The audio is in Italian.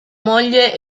moglie